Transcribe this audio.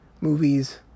movies